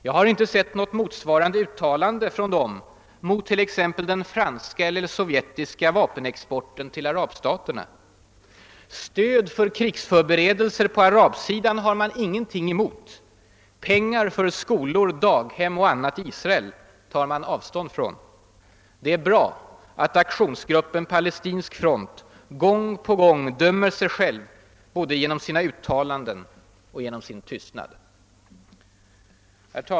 Jag har inte sett något motsvarande uttalande från aktionsgruppen mot t.ex. den franska eller sovjetiska vapenexporten till arabstaterna. Stöd för krigsförberedelser på arabsidan har man inget emot; pengar för skolor, daghem och annat i Israel tar man avstånd från. Det är bra att Aktionsgruppen Palestinsk Front dömer sig själv både genom sina uttalanden och genom sin tystnad.